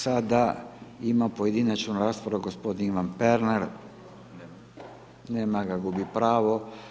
Sada ima pojedinačnu raspravu gospodin Ivan Pernar, nema ga, gubi pravo.